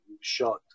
shot